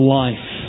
life